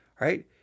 right